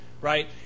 right